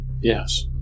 yes